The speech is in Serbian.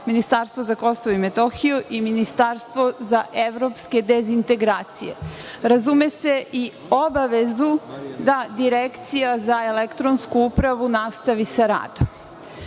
ministarstvo za KiM i ministarstvo za evropske dezintegracije. Razume se i obavezA da Direkcija za elektronsku upravu nastavi sa